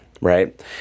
right